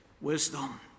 wisdom